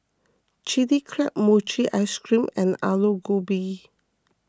Chilli Crab Mochi Ice Cream and Aloo Gobi